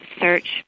search